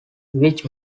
which